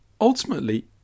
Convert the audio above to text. ultimately